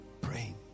praying